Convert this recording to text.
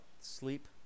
sleep